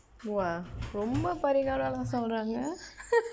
!wah! ரொம்ப பரிகாரம் சொல்ராங்க:rompa parikaaram solraangka